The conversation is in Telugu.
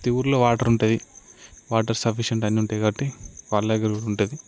ప్రతీ ఊరిలో వాటర్ ఉంటుంది వాటర్ సఫిసియంట్ అన్నీ ఉంటాయి కాబట్టి వాళ్ళ దగ్గర కూడా ఉంటుంది